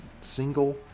single